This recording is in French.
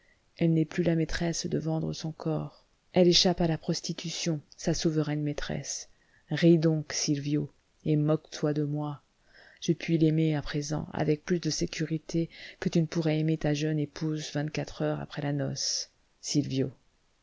elle n'est plus la maîtresse de vendre son corps elle échappe à la prostitution sa souveraine maîtresse ris donc sylvio et moque toi de moi je puis l'aimer à présent avec plus de sécurité que tu ne pourrais aimer ta jeune épouse vingt-quatre heures après la